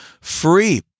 free